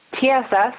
TSS